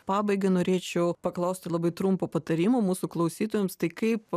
pabaigai norėčiau paklausti labai trumpo patarimo mūsų klausytojams tai kaip